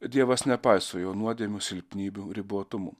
dievas nepaiso jo nuodėmių silpnybių ribotumų